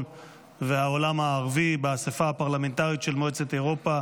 והעולם הערבי באספה הפרלמנטרית של מועצת אירופה.